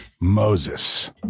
Moses